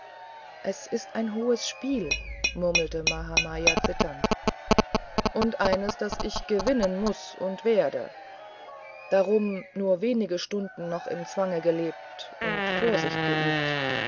es ist ein hohes spiel murmelte mahamaya zitternd und eines das ich gewinnen muß und werde darum nur wenige stunden noch im zwange gelebt und vorsicht geübt